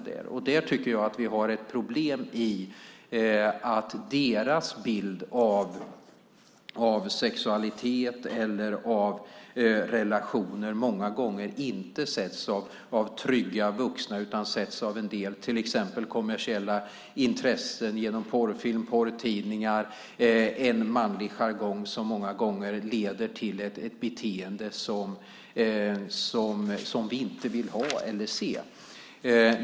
Jag tycker att vi har ett problem i och med att killarnas bild av sexualitet och av relationer många gånger inte sätts av trygga vuxna utan av till exempel kommersiella intressen - genom porrfilm och porrtidningar. Där finns en manlig jargong som många gånger leder till ett beteende som vi inte vill ha eller se.